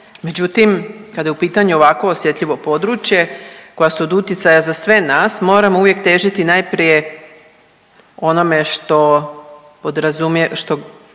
Međutim, kada je u pitanju ovakvo osjetljivo područje koja su od utjecaja za sve nas moramo uvijek težiti najprije onome što znači